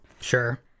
Sure